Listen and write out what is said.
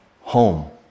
home